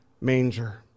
manger